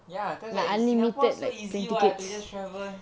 ya cause like in singapore so easy lah to just travel